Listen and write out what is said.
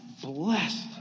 blessed